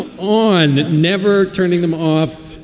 um on. never turning them off